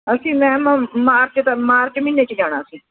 ਅਸੀਂ ਮੈਮ ਮਾਰਚ ਮਾਰਚ ਮਹੀਨੇ 'ਚ ਜਾਣਾ ਸੀ